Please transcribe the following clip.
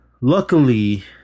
luckily